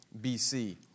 BC